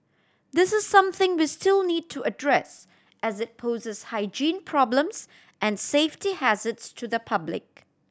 this is something we still need to address as it poses hygiene problems and safety hazards to the public